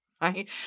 right